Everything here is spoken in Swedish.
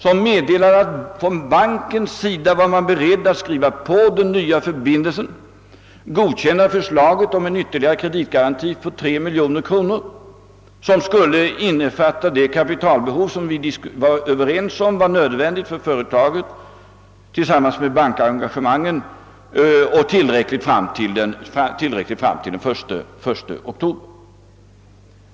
Han meddelade att man från bankens sida var beredd att skriva på den nya förbindelsen och godkänna förslaget om en ytterligare kreditgaranti på 3 miljoner kronor, som skulle innefatta det kapitalbehov som vi var överens om var nödvändigt för företaget, tillsammans med bankengagemangen, och som vi ansåg vara tillräckligt fram till den 1 oktober.